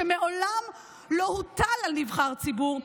שמעולם לא הוטל על נבחר ציבור,